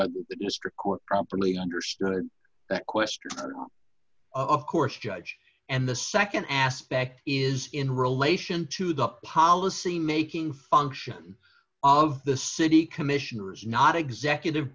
what the district court properly understood that question of course judge and the nd aspect is in relation to the policymaking function of the city commissioners not executive